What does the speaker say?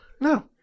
No